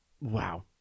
wow